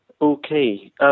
Okay